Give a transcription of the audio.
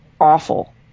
awful